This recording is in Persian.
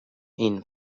این